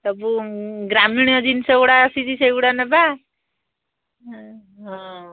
ସବୁ ଗ୍ରାମୀଣ ଜିନିଷ ଗୁଡ଼ା ଆସିଛି ସେଇଗୁଡ଼ା ନେବା ହଁ